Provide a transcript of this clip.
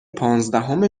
پانزدهم